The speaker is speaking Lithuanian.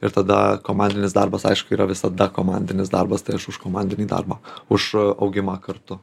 ir tada komandinis darbas aišku yra visada komandinis darbas tai aš už komandinį darbą už augimą kartu